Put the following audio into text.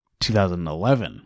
2011